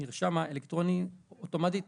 המרשם האלקטרוני אוטומטית